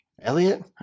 Elliot